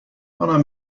منم